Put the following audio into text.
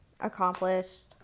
accomplished